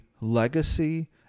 legacy